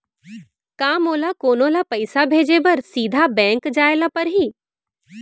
का मोला कोनो ल पइसा भेजे बर सीधा बैंक जाय ला परही?